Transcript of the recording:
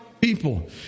people